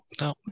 no